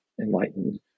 enlightened